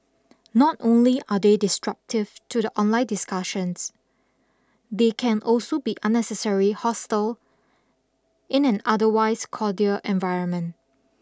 not only are they disruptive to the online discussion they can also be unnecessary hostile in an otherwise cordial environment